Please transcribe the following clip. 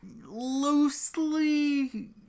Loosely